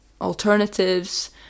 alternatives